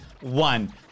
one